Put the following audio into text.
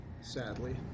sadly